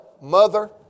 mother